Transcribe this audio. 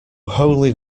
holy